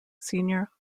senior